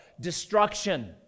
destruction